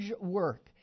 work